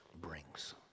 brings